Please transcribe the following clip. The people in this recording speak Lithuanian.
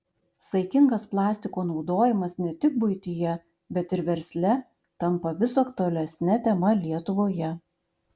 saikingas plastiko naudojimas ne tik buityje bet ir versle tampa vis aktualesne tema lietuvoje